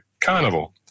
Carnival